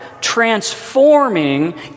transforming